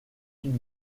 kick